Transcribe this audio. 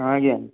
ହଁ ଆଜ୍ଞା